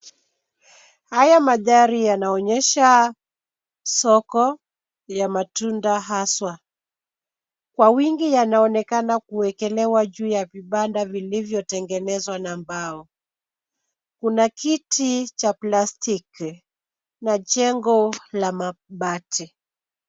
Haya mandhari yanaonyesha soko ya matunda haswa kwa wingi. Yanaonekana kuwekelewa juu ya vibanda vilivyotengenezwa na mbao. Kuna kiti cha plastiki na jengo la mabati.